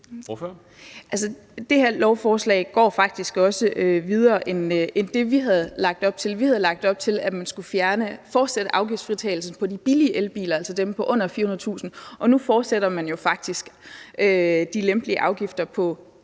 Det her lovforslag går faktisk også videre end det, vi havde lagt op til. Vi havde lagt op til, at man skulle fortsætte afgiftsfritagelsen på de billige elbiler, altså dem på under 400.000 kr. Nu fortsætter man jo faktisk de lempelige afgifter på